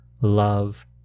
love